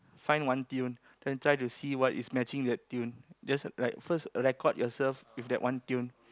find one tune then try to see what is matching the tune then like first record yourself playing that one tune